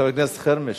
חבר הכנסת חרמש,